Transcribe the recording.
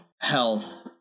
health